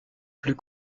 plus